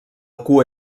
cua